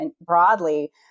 broadly